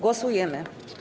Głosujemy.